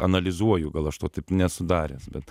analizuoju gal aš to taip nesudaręs bet